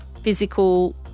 physical